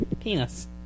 penis